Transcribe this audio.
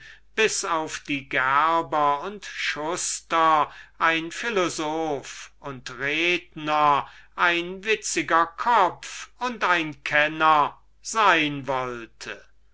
bis auf die gerber und schuster ein philosoph und redner ein witziger kopf und ein kenner sein wollte